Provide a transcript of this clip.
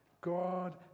God